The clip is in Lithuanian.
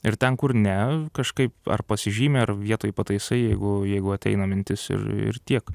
ir ten kur ne kažkaip ar pasižymi ar vietoj pataisai jeigu jeigu ateina mintis ir ir tiek